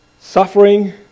Suffering